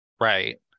Right